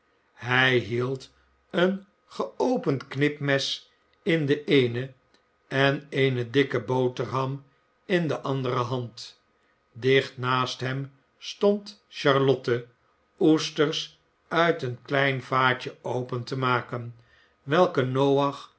hij hield een geopend knipmes in de eene en eene dikke boterham in de andere hand dicht naast hem stond charlotte oesters uit een klein vaatje open te maken welke noach